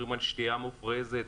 שתייה מופרזת,